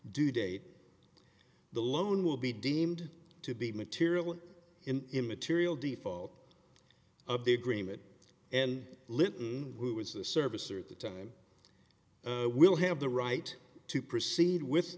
due date the loan will be deemed to be material an immaterial default of the agreement and linton who is the service or at the time will have the right to proceed with